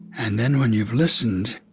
and then when you've listened,